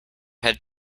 had